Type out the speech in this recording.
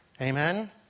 Amen